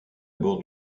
bord